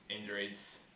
injuries